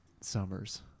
summers